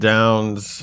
Downs